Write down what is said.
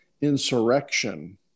insurrection